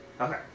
Okay